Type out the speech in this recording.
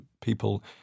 people